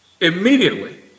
immediately